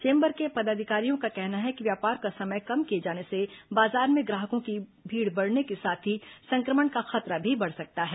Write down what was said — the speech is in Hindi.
चेंबर के पदाधिकारियों का कहना है कि व्यापार का समय कम किए जाने से बाजार में ग्राहकों की भीड़ बढ़ने के साथ ही संक्रमण का खतरा भी बढ़ जाता है